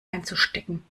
einzustecken